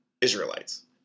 Israelites